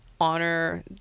honor